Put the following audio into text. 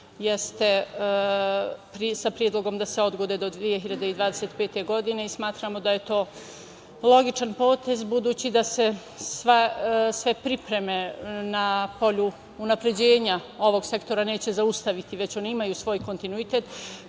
jeste sa predlogom da se odgode do 2025. godine i smatramo da je to logičan potez budući da se sve pripreme na polju unapređenja ovog sektora neće zaustaviti, već oni imaju svoj kontinuitet,